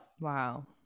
Wow